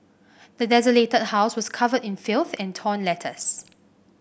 the desolated house was covered in filth and torn letters